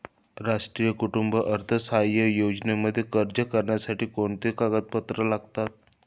राष्ट्रीय कुटुंब अर्थसहाय्य योजनेमध्ये अर्ज करण्यासाठी कोणती कागदपत्रे लागतात?